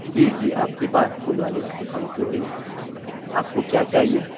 جی جی آپ کی بات پھول والے کی دکان سے ہو رہی ہے آپ کو کیا چاہیے